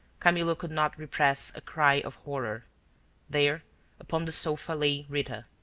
camillo could not repress a cry of horror there upon the sofa lay rita,